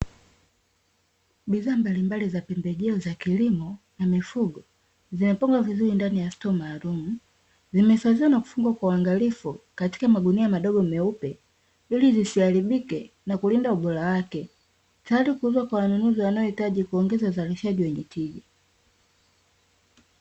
Bidhaa mbalimbali za pembejeo za kilimo na mifugo, zimepangwa vizuri ndani ya stoo maalumu, zimehifadhiwa na kufadhiwa na kufungwa kwa uwangalifu katika magunia madogo meupe ili zisiharibike na kulinda ubola wake, tayali kuuzwa kwa wanunuzi wanao hitaji kuongeza uzalishaji wenye tija.